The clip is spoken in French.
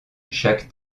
chaque